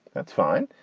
that's fine.